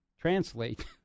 translate